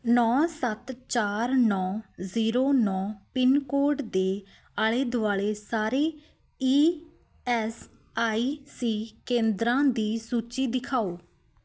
ਨੌਂ ਸੱਤ ਚਾਰ ਨੌਂ ਜ਼ੀਰੋ ਨੌਂ ਪਿੰਨ ਕੋਡ ਦੇ ਆਲੇ ਦੁਆਲੇ ਸਾਰੇ ਈ ਐੱਸ ਆਈ ਸੀ ਕੇਂਦਰਾਂ ਦੀ ਸੂਚੀ ਦਿਖਾਓ